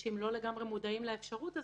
ואנשים לא לגמרי מודעים לאפשרות הזו,